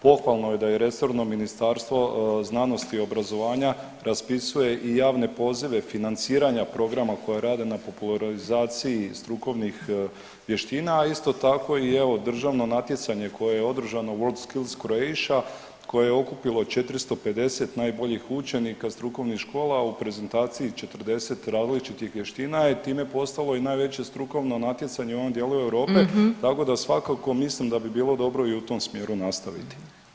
Pohvalno je da i resorno Ministarstvo znanosti i obrazovanja raspisuje i javne pozive financiranja programa koje rade na popularizaciji strukovnih vještina, a isto tako i evo državno natjecanje koje je održano „Worldskills Croatia“ koje je okupilo 450 najboljih učenika strukovnih škola, a u prezentaciji i 40 različitih vještina, a i time postalo i najveće strukovno natjecanje u ovom dijelu Europe tako da svakako mislim da bi bilo dobro i u tom smjeru nastaviti.